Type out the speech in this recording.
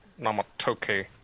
Namatoki